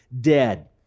dead